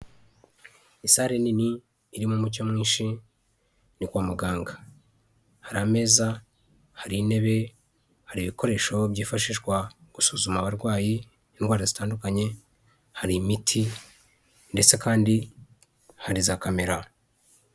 Isare nini irimo umucyo mwinshi ni kwa muganga, hari ameza, hari intebe, hari ibikoresho byifashishwa mu gusuzuma abarwayi indwara zitandukanye, hari imiti ndetse kandi hari za kamera.